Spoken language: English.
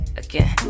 again